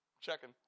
Checking